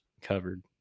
covered